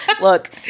Look